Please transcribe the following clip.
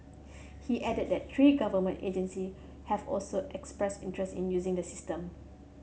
he added that three government agency have also expressed interest in using the system